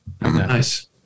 Nice